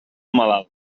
malalt